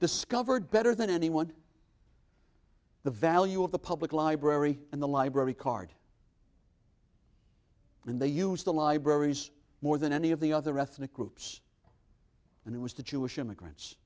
discovered better than anyone the value of the public library and the library card when they used the libraries more than any of the other ethnic groups and it was the jewish immigrants